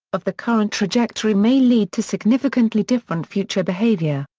of the current trajectory may lead to significantly different future behavior.